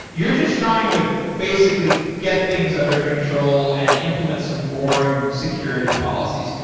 you're just trying to basically get things under control and implement some boring security policies.